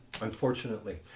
unfortunately